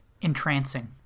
entrancing